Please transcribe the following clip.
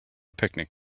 picnic